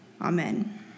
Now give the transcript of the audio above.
Amen